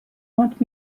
want